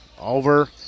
over